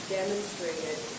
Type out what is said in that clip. demonstrated